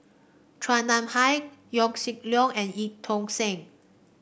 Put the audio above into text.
Chua Nam Hai Yaw Shin Leong and Eu Tong Sen